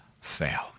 fail